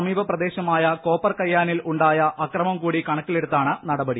സമീപ പ്രദേശമായ കോപ്പർ കൈയാനിൽ ഉണ്ടായ അക്രമം കൂടി കണക്കിലെടുത്താണ് നടപടി